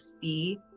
see